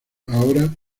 ahora